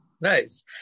nice